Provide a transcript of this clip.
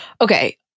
Okay